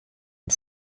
und